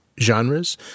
genres